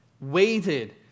waited